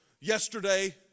yesterday